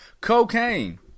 cocaine